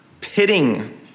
pitting